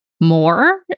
more